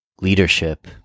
leadership